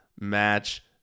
match